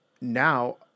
Now